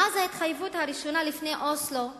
לפני אוסלו,